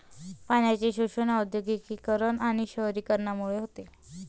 पाण्याचे शोषण औद्योगिकीकरण आणि शहरीकरणामुळे होते